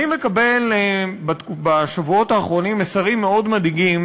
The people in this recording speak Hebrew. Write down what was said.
אני מקבל בשבועות האחרונים מסרים מאוד מדאיגים